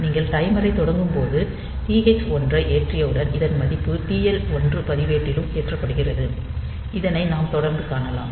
நீங்கள் டைமரைத் தொடங்கும்போது TH 1 ஐ ஏற்றியவுடன் இதன் மதிப்பு TL1 பதிவேட்டிலும் ஏற்றப்படுகிறது இதனை நாம் தொடர்ந்து காணலாம்